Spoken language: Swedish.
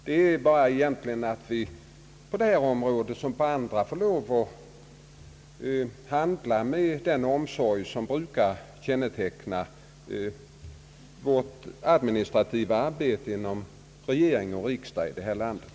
Vi måste naturligtvis här lika väl som på andra områden handla med den omsorg som brukar känneteckna vårt administrativa arbete inom regering och riksdag här i landet.